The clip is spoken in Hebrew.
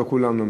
לא כולם למדו.